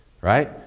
right